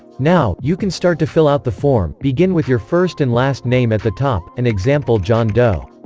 now, you can start to fill out the form begin with your first and last name at the top, an example john doe